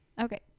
Okay